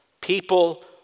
People